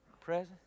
present